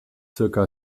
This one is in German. zirka